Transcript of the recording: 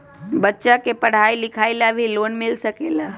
बच्चा के पढ़ाई लिखाई ला भी लोन मिल सकेला?